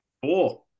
Four